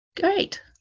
Great